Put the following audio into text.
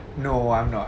no I'm not